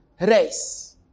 race